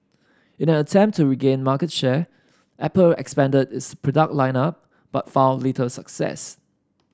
in an attempt to regain market share Apple expanded its product line up but found little success